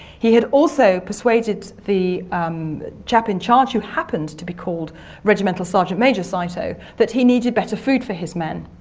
he had also persuaded the chap in charge, who happened to be called regimental sergeant major saito, that he needed better food for his men.